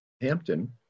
hampton